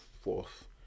fourth